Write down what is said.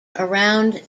around